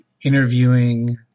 interviewing